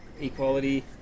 equality